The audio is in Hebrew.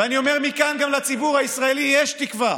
ואני אומר מכאן גם לציבור הישראלי: יש תקווה.